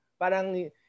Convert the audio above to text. Parang